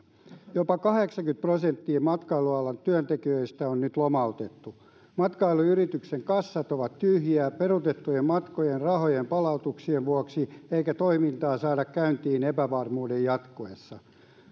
jopa kahdeksankymmentä prosenttia matkailualan työntekijöistä on nyt lomautettu matkailuyritysten kassat ovat tyhjiä peruutettujen matkojen rahojen palautuksien vuoksi eikä toimintaa saada käyntiin epävarmuuden jatkuessa